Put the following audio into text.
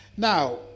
Now